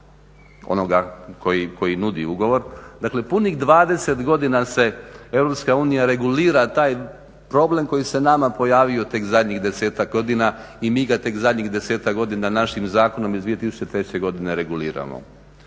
onoga koji nudi ugovor. Dakle punih 20 godina Europska unija regulira taj problem koji se nama pojavio tek zadnjih 10-tak godina i mi ga tek zadnjih 10-tak godina našim zakonom iz 2003. godine reguliramo